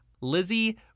Lizzie